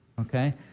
Okay